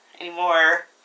anymore